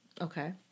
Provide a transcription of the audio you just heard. Okay